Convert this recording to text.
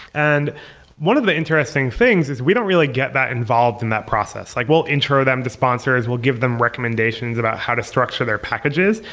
and one of the interesting things is we don't really get that involved in that process. like we'll intro them the sponsors, we'll give them recommendations about how to structure their packages,